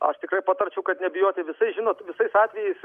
aš tikrai patarčiau kad nebijoti visais žinot visais atvejais